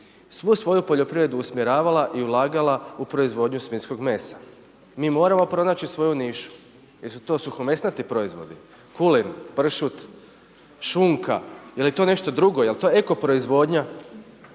svu svoju poljoprivredu usmjeravala i ulagala u proizvodnju svinjskog mesa. Mi moramo pronaći svoju nišu. Jesu to suhomesnati proizvodi, kulen, pršut, šunka, je li to nešto drugo, je li to eko proizvodnja?